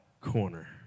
corner